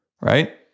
right